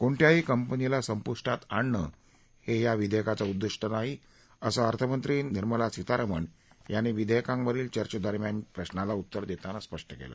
कोणत्याही कंपनीला संपूष्टात आणणं हे या विधेयकाचं उद्दिष्ट नाही असं अर्थमंत्री निर्मला सितारमण यांनी विधेयकावरील चर्चेदरम्यानच्या प्रशाला उत्तर देताना स्पष्ट केलं